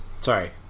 Sorry